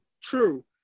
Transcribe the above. true